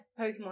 Pokemon